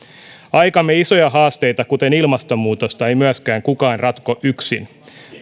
aikamme isoja haasteita kuten ilmastonmuutosta ei myöskään kukaan ratko yksin